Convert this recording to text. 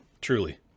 truly